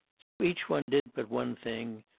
so each one did but one thing,